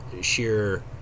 sheer